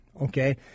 okay